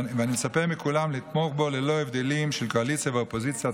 ואני מצפה מכולם לתמוך בו ללא הבדלים של קואליציה ואופוזיציה.